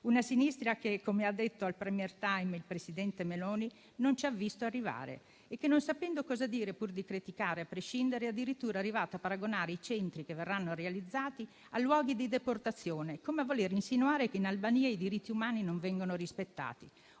Una sinistra che, come ha detto al *Premier question time* il presidente Meloni, non ci ha visto arrivare e che, non sapendo cosa dire pur di criticare a prescindere, è addirittura arrivata a paragonare i centri che verranno realizzati a luoghi di deportazione, come a voler insinuare che in Albania i diritti umani non vengono rispettati,